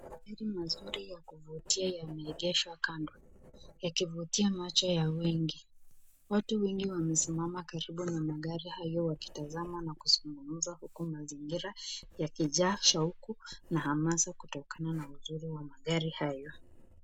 Magari mazuri ya kuvutia yameegeshwa kando yakivutia macho ya wengi. Watu wengi wamesimama karibu na magari hayo wakitazama huku mazingira yakijaa shauku na hamasa kutokana na uzuri wa magari haya.